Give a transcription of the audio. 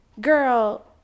Girl